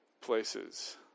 places